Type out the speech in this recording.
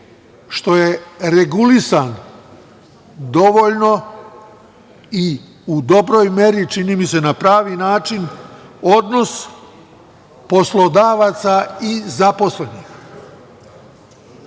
što je regulisan dovoljno i u dobroj meri, čini mi se na pravi način, odnos poslodavaca i zaposlenih.